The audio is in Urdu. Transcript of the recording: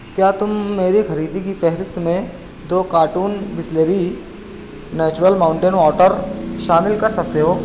کیا تم میری خریدی کی فہرست میں دو carton Bisleri natural mountain water شامل کر سکتے ہو